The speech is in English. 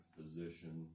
position